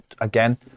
again